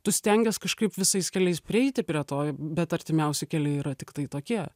tu stengies kažkaip visais keliais prieiti prie to i bet artimiausi keli yra tiktai tokie